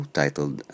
titled